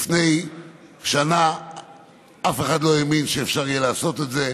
לפני שנה אף אחד לא האמין שיהיה אפשר לעשות את זה,